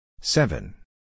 Seven